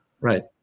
right